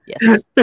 Yes